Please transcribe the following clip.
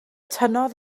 tynnodd